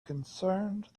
concerned